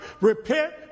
Repent